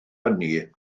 hynny